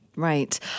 Right